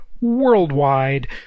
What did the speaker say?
worldwide